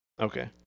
Okay